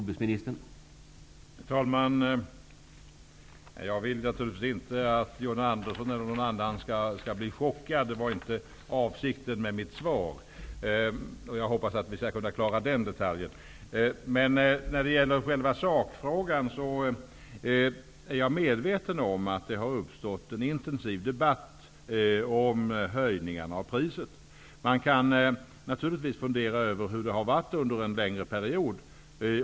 Herr talman! Jag vill naturligtvis inte att John Andersson eller någon annan skall bli chockad. Det var inte avsikten med mitt svar. Jag hoppas att vi kan klara ut den detaljen. När det gäller själva sakfrågan är jag medveten om att det har uppstått en intensiv debatt om höjningarna av priset. Man kan naturligtvis fundera över hur det har varit under en längre period.